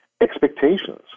expectations